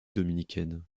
dominicaine